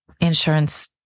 insurance